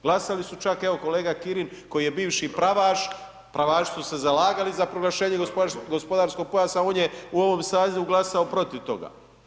Glasali su čak, evo kolega Kirin koji je bivši pravaš, pravaši su se zalagali za proglašenje gospodarskog pojasa, on je u ovom sazivu glasao protiv toga.